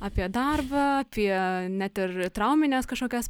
apie darbą apie net ir traumines kažkokias